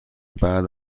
بعد